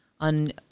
on